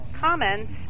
comments